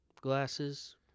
glasses